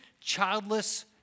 childless